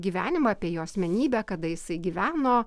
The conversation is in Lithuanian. gyvenimą apie jo asmenybę kada jisai gyveno